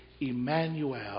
Emmanuel